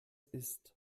ist